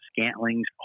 scantlings